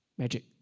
Magic